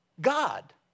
God